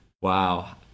wow